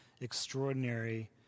extraordinary